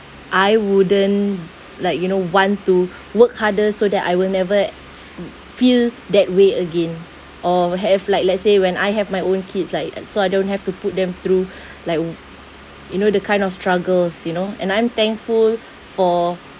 I wouldn't like you know want to work harder so that I will never mm feel that way again or have like let's say when I have my own kids like uh so I don't have to put them through like uh you know the kind of struggles you know and I'm thankful for